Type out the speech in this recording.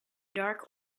dark